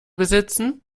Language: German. besitzen